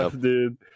dude